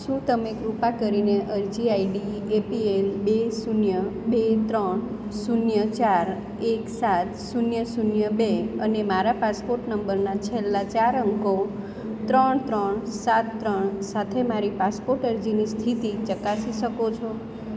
શું તમે કૃપા કરીને અરજી આઈડી એપીએલ બે શૂન્ય બે ત્રણ શૂન્ય ચાર એક સાત શૂન્ય શૂન્ય બે અને મારા પાસપોર્ટ નંબરના છેલ્લા ચાર અંકો ત્રણ ત્રણ સાત ત્રણ સાથે મારી પાસપોર્ટ અરજીની સ્થિતિ ચકાસી શકો છો